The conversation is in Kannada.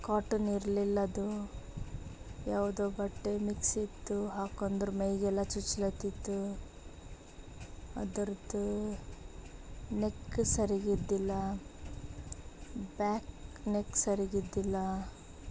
ಕಾಟನ್ ಇರ್ಲಿಲ್ಲ ಅದು ಯಾವುದೋ ಬಟ್ಟೆ ಮಿಕ್ಸಿತ್ತು ಹಾಕ್ಕೊಂಡ್ರೆ ಮೈಗೆಲ್ಲ ಚುಚ್ಲತಿತ್ತು ಅದ್ರದ್ದು ನೆಕ್ ಸರಿಗಿದ್ದಿಲ್ಲ ಬ್ಯಾಕ್ ನೆಕ್ ಸರಿಗಿದ್ದಿಲ್ಲ